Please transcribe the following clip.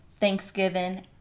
Thanksgiving